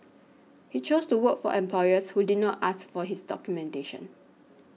he chose to work for employers who did not ask for his documentation